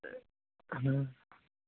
हाँ